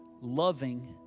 loving